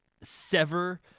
sever